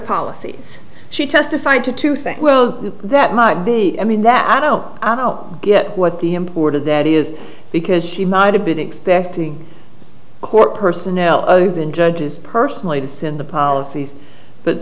policies she testified to to think well that might be i mean that i don't know yet what the import of that is because she might have been expecting court personnel other than judges personally to send the policies but